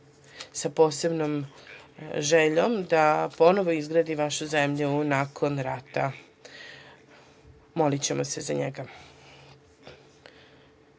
sa posebnom željom da ponovo izgradi vašu zemlju nakon rata. Molićemo se za njega,